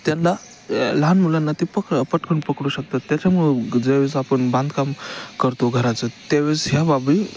त्यांला लहान मुलांना ते पक पटकन पकडू शकतात त्याच्यामुळे ज्यावेळेस आपण बांधकाम करतो घराचं त्यावेळेस ह्या बाबी